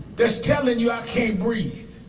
that's telling you i can't breathe,